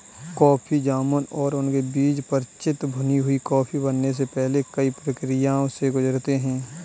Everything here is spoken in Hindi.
कॉफी जामुन और उनके बीज परिचित भुनी हुई कॉफी बनने से पहले कई प्रक्रियाओं से गुजरते हैं